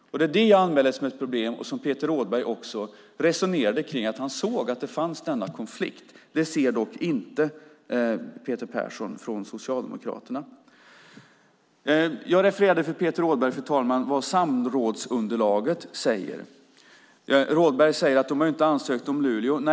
Det är detta jag anmäler som ett problem. Också Peter Rådberg resonerade om att han såg att denna konflikt finns. Det ser dock inte Peter Persson från Socialdemokraterna. Fru talman! Jag refererade för Peter Rådberg vad samrådsunderlaget säger. Rådberg säger att de inte har ansökt om Luleå.